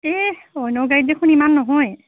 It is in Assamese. এহ্ অন্য গাড়ীত দেখোন ইমান নহয়েই